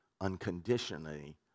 unconditionally